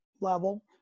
level